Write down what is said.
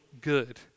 good